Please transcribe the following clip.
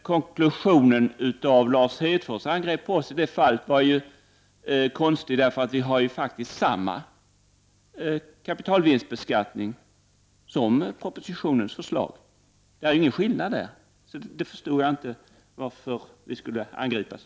Konklusionen av Lars Hedfors angrepp på oss i det fallet var konstig, för vi har faktiskt utgått från samma kapitalvinstbeskattning som propositionen föreslår. Jag förstår inte varför vi skulle angripas.